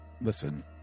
Listen